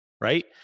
right